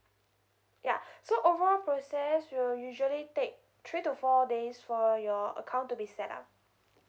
ya so overall process will usually take three to four days for your account to be set up